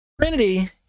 Trinity